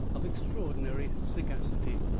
of extraordinary sagacity.